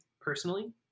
personally